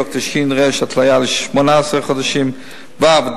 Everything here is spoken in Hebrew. ד"ר ש"ר, התליה ל-18 חודשים, ו.